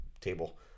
table